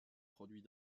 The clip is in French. produit